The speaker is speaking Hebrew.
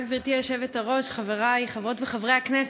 בבקשה, שיתכבד ויבוא לספר לציבור במה הוא מאמין.